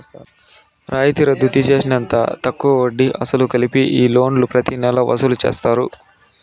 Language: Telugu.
రాయితీ రద్దు తీసేసినంత తక్కువ వడ్డీ, అసలు కలిపి ఈ లోన్లు ప్రతి నెలా వసూలు చేస్తారు